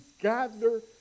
gather